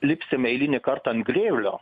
lipsim eilinį kartą ant grėblio